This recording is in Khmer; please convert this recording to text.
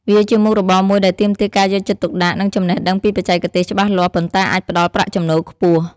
វាជាមុខរបរមួយដែលទាមទារការយកចិត្តទុកដាក់ និងចំណេះដឹងពីបច្ចេកទេសច្បាស់លាស់ ប៉ុន្តែអាចផ្តល់ប្រាក់ចំណូលខ្ពស់។